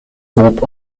groupe